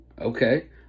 Okay